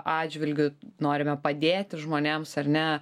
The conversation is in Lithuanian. atžvilgiu norime padėti žmonėms ar ne